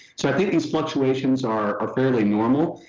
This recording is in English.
so, i think those fluctuations are are fairly normal.